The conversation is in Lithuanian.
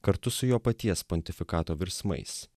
kartu su jo paties pontifikato virsmais